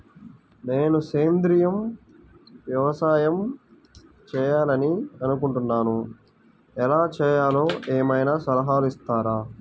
నేను సేంద్రియ వ్యవసాయం చేయాలి అని అనుకుంటున్నాను, ఎలా చేయాలో ఏమయినా సలహాలు ఇస్తారా?